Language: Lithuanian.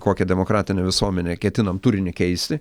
kokią demokratinę visuomenę ketinam turinį keisti